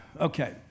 Okay